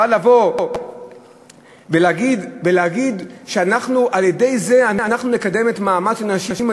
אבל לבוא ולהגיד שעל-ידי זה אנחנו נקדם את המעמד של נשים,